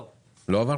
לא,